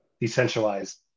decentralized